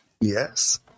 yes